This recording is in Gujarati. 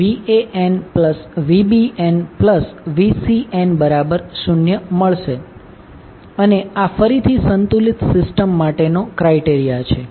અને આ ફરીથી સંતુલિત સિસ્ટમ માટેનો ક્રાઈટેરિયા છે